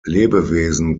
lebewesen